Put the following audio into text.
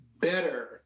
better